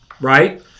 right